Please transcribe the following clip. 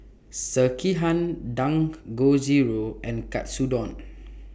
Sekihan Dangojiru and Katsudon